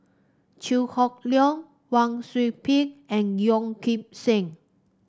Chew Hock Leong Wang Sui Pick and Yeo Kim Seng